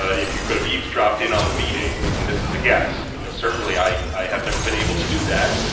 ah if you could have eavesdropped in on the meetings, and this is a guess because certainly i i have never been able to do that,